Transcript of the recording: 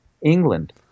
England